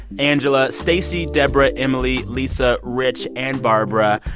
angela, stacy, deborah, emily, lisa, rich and barbara.